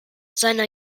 seiner